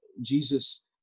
Jesus